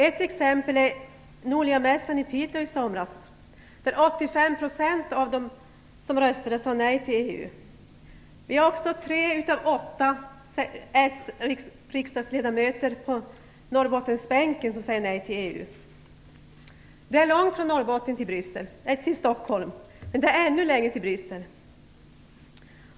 Ett exempel är Noliamässan i Piteå i somras, där 85% av de röstande sade nej till EU. Vi är också tre av åtta s-riksdagsledamöter från Norrbottensbänken som säger nej till EU. Det är långt från Norrbotten till Stockholm, men ännu längre till Bryssel.